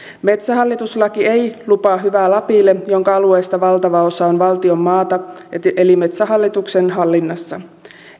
metsähallitus laki ei lupaa hyvää lapille jonka alueista valtava osa on valtion maata eli metsähallituksen hallinnassa